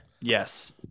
Yes